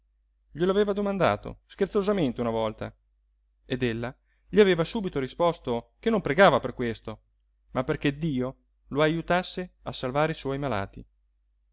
glielo aveva domandato scherzosamente una volta ed ella gli aveva subito risposto che non pregava per questo ma perché dio lo ajutasse a salvare i suoi malati